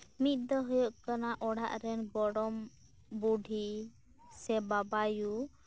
ᱢᱤᱫ ᱫᱚ ᱦᱩᱭᱩᱜ ᱠᱟᱱᱟ ᱚᱲᱟᱜ ᱨᱮᱱ ᱜᱚᱲᱚᱢ ᱵᱩᱰᱷᱤ ᱥᱮ ᱵᱟᱵᱟᱭᱩ